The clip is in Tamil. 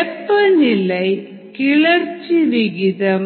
வெப்பநிலை கிளர்ச்சி விகிதம்